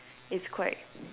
it's quite